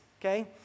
Okay